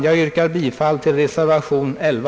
Jag yrkar bifall till reservationen 11.